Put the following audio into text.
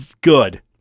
Good